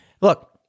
Look